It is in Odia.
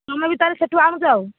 ତୁମେ ବି ତାହେଲେ ସେଇଠୁ ଆଣୁଛ ଆଉ